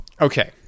okay